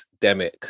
Demic